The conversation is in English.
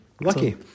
Lucky